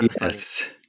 yes